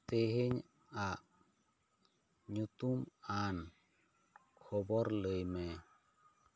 ᱛᱮᱦᱮᱸᱧ ᱟᱜ ᱧᱩᱛᱩᱢ ᱟᱱ ᱠᱷᱚᱵᱚᱨ ᱞᱟᱹᱭ ᱢᱮ